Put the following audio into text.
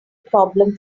problem